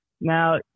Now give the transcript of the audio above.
Now